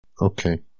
Okay